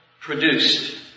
produced